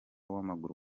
w’amaguru